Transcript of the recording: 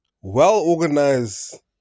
well-organized